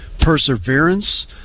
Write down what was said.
perseverance